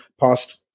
past